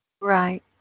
Right